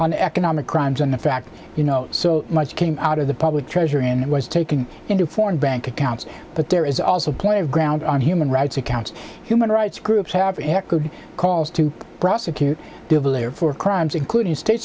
on economic crimes and the fact you know so much came out of the public treasury and it was taken into foreign bank accounts but there is also point of ground on human rights accounts human rights groups have a good calls to prosecute developer for crimes including state